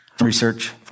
research